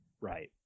Right